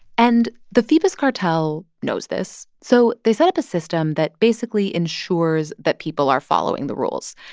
and the phoebus cartel knows this. so they set up a system that, basically, ensures that people are following the rules.